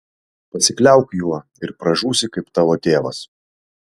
pasikliauk juo ir pražūsi kaip tavo tėvas